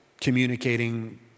communicating